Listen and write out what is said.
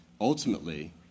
Ultimately